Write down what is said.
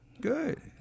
Good